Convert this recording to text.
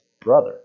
brother